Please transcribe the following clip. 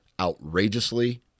outrageously